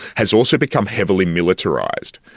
has also become heavily militarised.